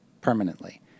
permanently